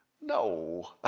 No